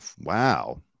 Wow